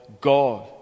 God